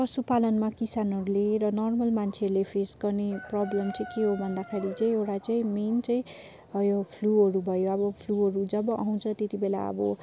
पशुपालनमा किसानहरूले र नर्मल मान्छेहरूले फेस गर्ने प्रब्लम चाहिँ के हो भन्दाखेरि चाहिँ एउटा चाहिँ मेन चाहिँ हो यो फ्लूहरू भयो अब फ्लूहरू जब आउँछ त्यत्ति बेला अब